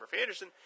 anderson